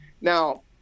Now